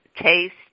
taste